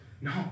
No